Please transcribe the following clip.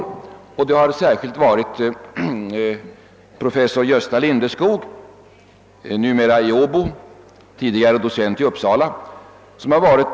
Den drivande kraften där har varit professor Gösta Lindeskog, numera i Åbo men tidigare docent i Uppsala.